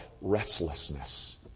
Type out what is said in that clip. restlessness